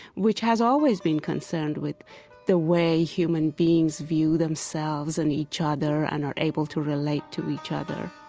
which has always been concerned with the way human beings view themselves and each other and are able to relate to each other